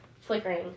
flickering